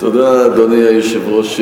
אדוני היושב-ראש,